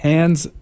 Hands